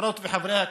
חברות וחברי הכנסת,